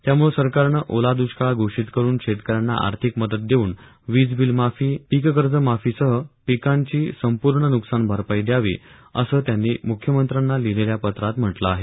त्यामुळे सरकारने ओला दुष्काळ घोषित करून शेतकऱ्यांना आर्थिक मदत देवून वीज बिलमाफी पिक कर्ज माफी सह पिकांची संपूर्ण नुकसान भरपाई द्यावी असं त्यांनी मुख्यमंत्र्यांना लिहिलेल्या पत्रात म्हटल आहे